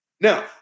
Now